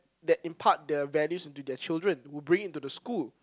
that imparts the values into their children who bring it to the school